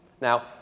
Now